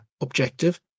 objective